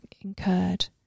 incurred